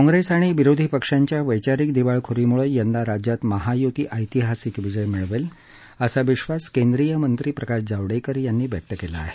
काँग्रेस आणि विरोधी पक्षांच्या वैचारिक दिवाळखोरीमुळे यंदा राज्यात महायुती ऐतिहासिक विजय मिळवेल असा विश्वास केंद्रीय मंत्री प्रकाश जावडेकर यांनी व्यक्त केला आहे